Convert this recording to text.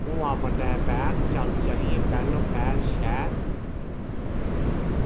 होआ बड्डै पैह्र चल चलिए पैह्लो पैह्ल शैह्र